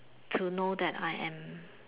to know that I am